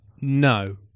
no